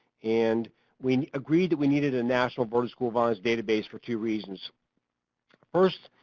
and we agreed that we needed a national averted school violence database for two reasons first,